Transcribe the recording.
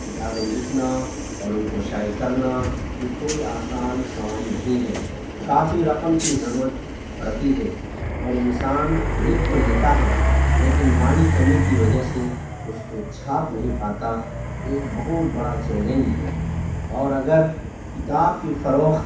کتابیں لکھنا اور ان کو شائع کرنا یہ کوئی آسان کام نہیں ہے کافی رقم کی ضرورت پڑتی ہے اور انسان لکھ تو لیتا ہے لیکن مالی کمی کی وجہ سے اس کو چھاپ نہیں پاتا یہ ایک بہت بڑا چیلینج ہے اور اگر کتاب کی فروخت